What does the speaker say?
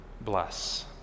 bless